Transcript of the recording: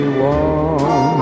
warm